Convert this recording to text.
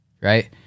right